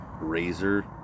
razor